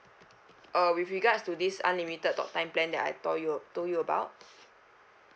err with regards to this unlimited talk time plan that I told you told you about